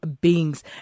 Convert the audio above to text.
beings